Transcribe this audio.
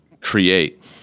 create